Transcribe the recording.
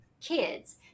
kids